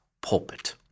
pulpit